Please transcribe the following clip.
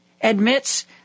admits